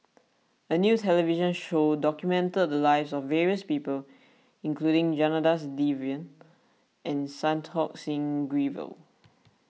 a new television show documented the lives of various people including Janadas Devan and Santokh Singh Grewal